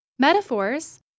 Metaphors